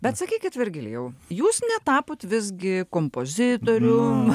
bet sakykit virgilijau jūs netapot visgi kompozitorium